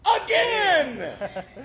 again